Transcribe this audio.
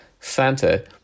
santa